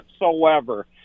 whatsoever